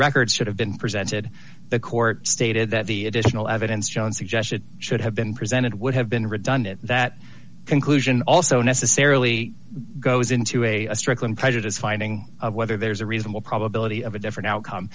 records should have been presented the court stated that the additional evidence john suggested should have been presented would have been redundant that conclusion also necessarily goes into a strickland prejudice finding of whether there's a reasonable probability of a different outcome